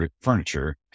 furniture